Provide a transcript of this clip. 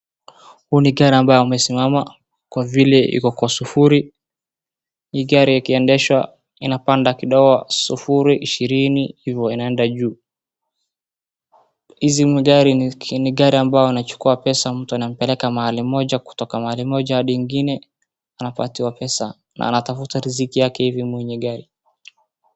Huu ni gari ambayo imesimama kwa vile iko kwa sufuri. Hii gari ikiendeshwa inapanda kidogo sufuri, ishirini, hivyo inaenda juu. Hizi magari ni gari ambayo inachukua pesa mtu anaimpeleka mahali moja kutoka mahali moja hadi ingine, anapatiwa pesa na anatafuta riziki yake hivi mwenye gari.